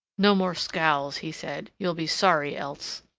no more scowls, he said. you'll be sorry else.